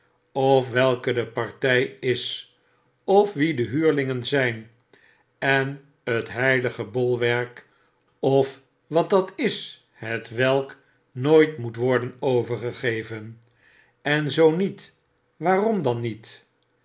of welke de partij is of wie de huurlingen zijn en het heilige bolwerk of wat dat is hetwelk nooit moet worden overgegeven en zoo niet waarom dan niet